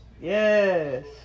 Yes